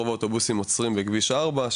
רוב האוטובוסים עוצרים בכביש ארבע,